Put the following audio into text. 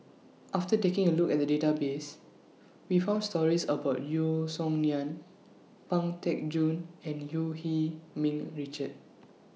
after taking A Look At The Database We found stories about Yeo Song Nian Pang Teck Joon and EU He Ming Richard